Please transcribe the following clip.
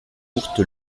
courte